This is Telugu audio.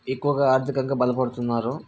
ఎక్కువగా ఆర్థికంగా బలపడుతున్నారు